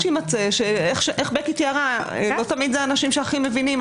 איך בקי תיארה - לא תמיד זה האנשים שהכי מבינים.